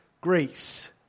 grace